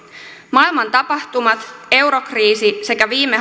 maailman tapahtumat eurokriisi sekä viime